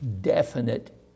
Definite